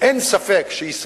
אני חושב שצריך לעשות סדר.